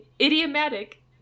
idiomatic